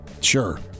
Sure